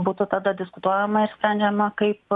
būtų tada diskutuojama ir sprendžiama kaip